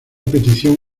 petición